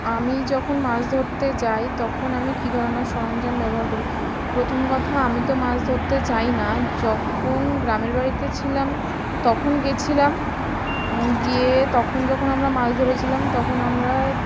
আমি যখন মাছ ধরতে যাই তখন আমি কী ধরনের সরঞ্জাম ব্যবহার করি প্রথম কথা আমি তো মাছ ধরতে যাই না যখন গ্রামের বাড়িতে ছিলাম তখন গেছিলাম গিয়ে তখন যখন আমরা মাছ ধরেছিলাম তখন আমরা